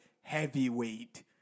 Heavyweight